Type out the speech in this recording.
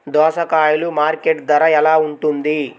దోసకాయలు మార్కెట్ ధర ఎలా ఉంటుంది?